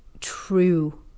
true